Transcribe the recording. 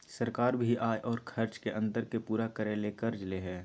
सरकार भी आय और खर्च के अंतर के पूरा करय ले कर्ज ले हइ